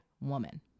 woman